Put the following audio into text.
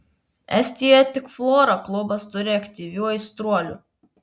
estijoje tik flora klubas turi aktyvių aistruolių